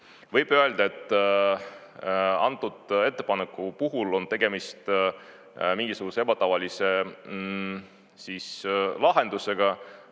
öelda, et antud ettepaneku puhul on tegemist mingisuguse ebatavalise lahendusega,